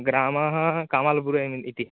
ग्रामः कामल् पुरायम् इति